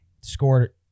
Scored